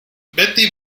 betty